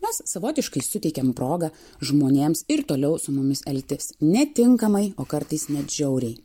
mes savotiškai suteikiam progą žmonėms ir toliau su mumis elgtis netinkamai o kartais net žiauriai